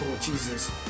Jesus